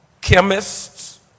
chemists